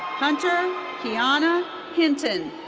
hunter kiana hinton.